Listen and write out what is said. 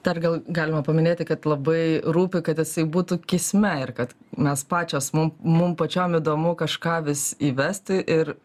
dar gal galima paminėti kad labai rūpi kad jisai būtų kisme ir kad mes pačios mum mum pačiom įdomu kažką vis įvesti ir